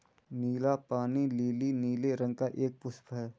नीला पानी लीली नीले रंग का एक पुष्प है